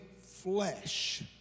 flesh